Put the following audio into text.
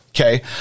Okay